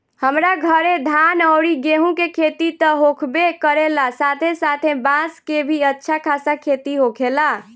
हमरा घरे धान अउरी गेंहू के खेती त होखबे करेला साथे साथे बांस के भी अच्छा खासा खेती होखेला